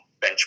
benchmark